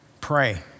pray